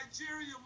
Nigeria